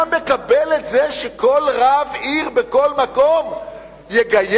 אתה מקבל את זה שכל רב עיר בכל מקום יגייר?